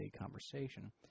conversation